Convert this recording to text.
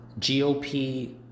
GOP